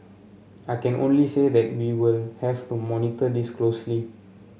I can only say that we will have to monitor this closely